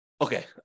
Okay